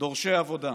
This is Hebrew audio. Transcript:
דורשי עבודה.